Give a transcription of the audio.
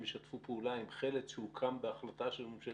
ישתפו פעולה עם חל"צ שהוקם בהחלטה של ממשלת ישראל?